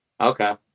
Okay